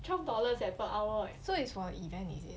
twelve dollars eh per hour eh